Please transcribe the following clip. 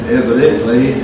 evidently